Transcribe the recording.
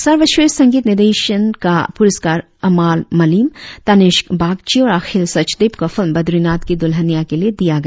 सर्वश्रेष्ठ संगीत निर्देशन का पुरस्कार अमाल मलिम तनिष्क बागची और अखिल सचदेव को फिल्म बद्रीनाथ की दुल्हनिया के लिए दिया गया